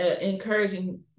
encouraging